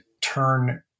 turn